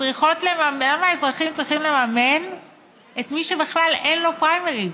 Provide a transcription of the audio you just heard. למה אזרחים צריכים לממן את מי שבכלל אין לו פריימריז?